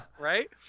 Right